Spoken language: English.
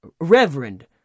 Reverend